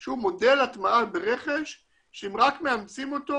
שהוא מודל הטמעה ברכש שאם רק מאמצים אותו